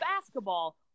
basketball